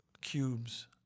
cubes